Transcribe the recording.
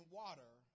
water